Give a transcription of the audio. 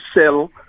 sell